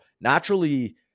naturally